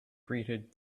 greeted